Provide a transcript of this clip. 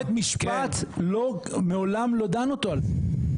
בית משפט מעולם לא דן אות על זה,